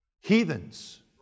heathens